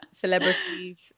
Celebrities